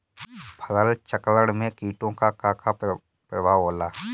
फसल चक्रण में कीटो का का परभाव होला?